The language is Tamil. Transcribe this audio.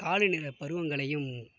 கால நேரப்பருவங்களையும்